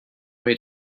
way